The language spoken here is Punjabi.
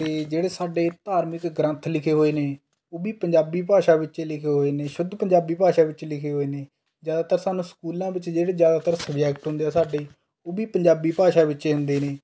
ਅਤੇ ਜਿਹੜੇ ਸਾਡੇ ਧਾਰਮਿਕ ਗ੍ਰੰਥ ਲਿਖੇ ਹੋਏ ਨੇ ਉਹ ਵੀ ਪੰਜਾਬੀ ਭਾਸ਼ਾ ਵਿੱਚ ਹੀ ਲਿਖੇ ਹੋਏ ਨੇ ਸ਼ੁੱਧ ਪੰਜਾਬੀ ਭਾਸ਼ਾ ਵਿੱਚ ਲਿਖੇ ਹੋਏ ਨੇ ਜ਼ਿਆਦਾਤਰ ਸਾਨੂੰ ਸਕੂਲਾਂ ਵਿੱਚ ਜਿਹੜੇ ਜ਼ਿਆਦਾਤਰ ਸਬਜੈਕਟ ਹੁੰਦੇ ਹੈਂ ਸਾਡੇ ਉਹ ਵੀ ਪੰਜਾਬੀ ਭਾਸ਼ਾ ਵਿੱਚ ਹੀ ਹੁੰਦੇ ਨੇ